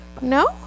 No